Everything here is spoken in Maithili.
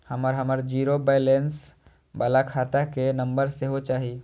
हमरा हमर जीरो बैलेंस बाला खाता के नम्बर सेहो चाही